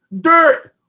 Dirt